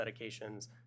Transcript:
medications